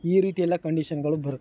ಈ ರೀತಿಯೆಲ್ಲ ಕಂಡೀಷನ್ಗಳು ಬರುತ್ತೆ